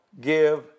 give